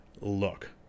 look